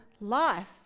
life